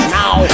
now